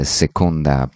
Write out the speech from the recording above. seconda